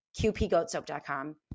qpgoatsoap.com